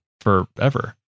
forever